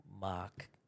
Mark